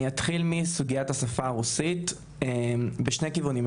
אני אתחיל מסוגית השפה הרוסית, בשני כיוונים,